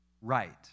right